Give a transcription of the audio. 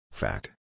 Fact